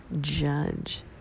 judge